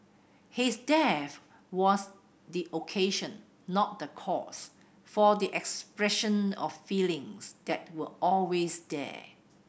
his death was the occasion not the cause for the expression of feelings that were always there